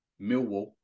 Millwall